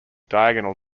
diagonal